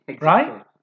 Right